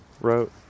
wrote